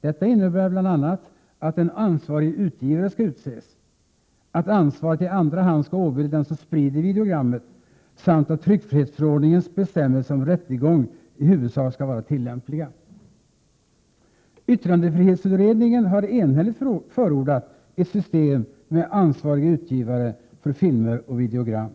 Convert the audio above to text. Detta innebär bl.a. att en ansvarig utgivare skall utses, att ansvaret i andra hand skall åvila den som sprider videogrammet samt att tryckfrihetsförordningens bestämmelser om rättegång i huvudsak skall vara tillämpliga. Yttrandefrihetsutredningen har enhälligt förordat ett system med ansvarig utgivare för filmer och videogram.